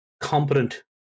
competent